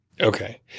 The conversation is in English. Okay